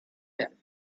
him